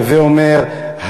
הווי אומר,